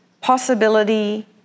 possibility